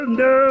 no